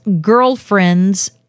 girlfriend's